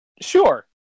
Sure